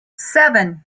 seven